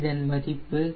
இதன் மதிப்பு 0